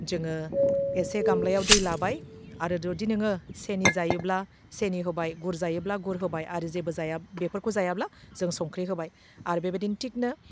जोङो एसे गामब्लायाव दै लाबाय आरो जुदि नोङो सेनि जायोब्ला सेनि होबाय गुर जायोब्ला गुर होबाय आरो जेबो जाया बेफोरखौ जायाब्ला जों संख्रि होबाय आरो बेबायदि थिगनो